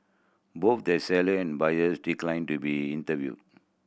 both the seller and buyers declined to be interview